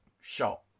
shot